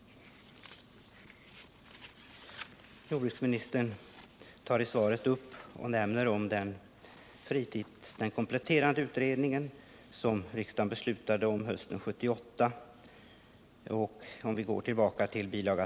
Jordbruksministern tog i svaret upp den kompletterande utredning som riksdagen beslutade om hösten 1978. Om vi går tillbaka till bil.